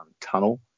tunnel